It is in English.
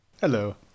Hello